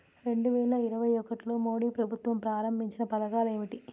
రెండు వేల ఇరవై ఒకటిలో మోడీ ప్రభుత్వం ప్రారంభించిన పథకాలు ఏమిటీ?